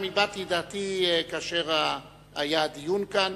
גם הבעתי את דעתי כאשר היה הדיון כאן.